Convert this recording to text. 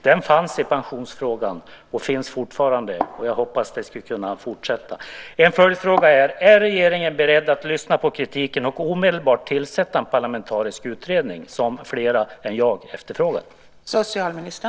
Den fanns i pensionsfrågan och finns fortfarande, och jag hoppas att det ska kunna fortsätta så. En följdfråga blir: Är regeringen beredd att lyssna på kritiken och omedelbart tillsätta en parlamentarisk utredning som fler än jag efterfrågar?